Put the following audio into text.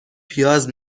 پیاز